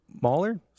Mauler